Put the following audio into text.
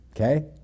Okay